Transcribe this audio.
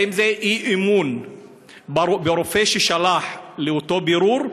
האם זה אי-אמון ברופא ששלח לאותו בירור,